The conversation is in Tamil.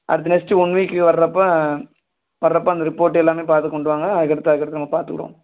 அடுத்து நெக்ஸ்ட்டு ஒன் வீக்குக்கு வர்றப்போ வர்றப்போ அந்த ரிப்போர்ட்டு எல்லாம் பார்த்து கொண்டு வாங்க அதுக்கு அடுத்து அதுக்கு அடுத்து நம்ம பாத்துக்குவோம்